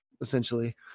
essentially